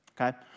okay